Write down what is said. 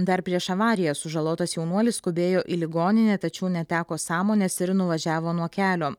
dar prieš avariją sužalotas jaunuolis skubėjo į ligoninę tačiau neteko sąmonės ir nuvažiavo nuo kelio